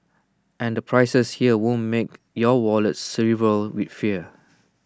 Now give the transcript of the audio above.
and the prices here won't make your wallet shrivel with fear